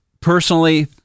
personally